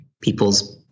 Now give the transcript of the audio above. people's